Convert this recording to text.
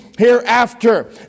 Hereafter